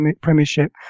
Premiership